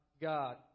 God